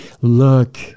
look